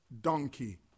donkey